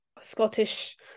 scottish